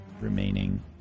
remaining